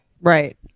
right